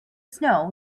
snow